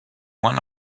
one